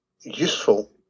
useful